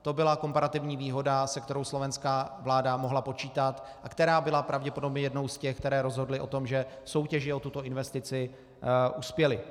To byla komparativní výhoda, se kterou slovenská vláda mohla počítat a která byla pravděpodobně jednou z těch, které rozhodly o tom, že v soutěži o tuto investici uspěli.